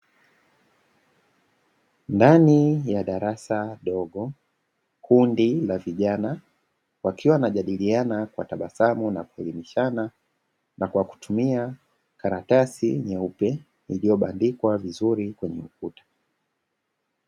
Ndani ya darasa dogo, kundi la vijana wakiwa wanajadiliana kwa tabasamu na kuelimishana na kwa kutumia karatasi nyeupe iliyo bandikwa vizuri kwneye ukuta.